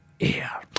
air